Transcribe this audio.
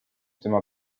tema